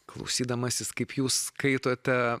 klausydamasis kaip jūs skaitote